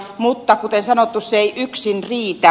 mutta kuten sanottu se ei yksin riitä